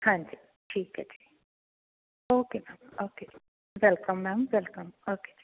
ਹਾਂਜੀ ਠੀਕ ਹੈ ਜੀ ਓਕੇ ਮੈਮ ਓਕੇ ਜੀ ਵੈਲਕਮ ਮੈਮ ਵੈਲਕਮ ਓਕੇ ਜੀ